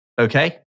Okay